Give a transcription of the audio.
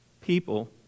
people